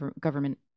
government